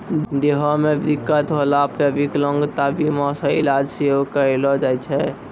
देहो मे दिक्कत होला पे विकलांगता बीमा से इलाज सेहो करैलो जाय छै